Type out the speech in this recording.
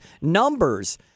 Numbers